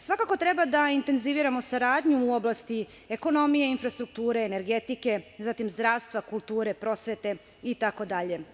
Svakako treba da intenziviramo saradnju u oblasti ekonomije, infrastrukture, energetike, zatim, zdravstva, kulture, prosvete itd.